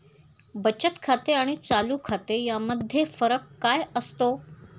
बचत खाते आणि चालू खाते यामध्ये फरक काय असतो?